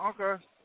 Okay